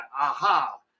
Aha